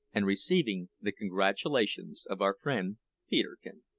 and receiving the congratulations of our friend peterkin.